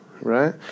right